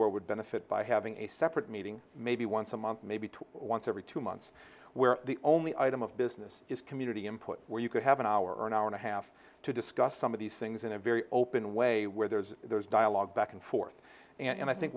where would benefit by having a separate meeting maybe once a month maybe two once every two months where the only item of business is community input where you could have an hour an hour and a half to discuss some of these things in a very open way where there's there's dialogue back and forth and i think